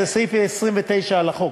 זה סעיף 29 לחוק,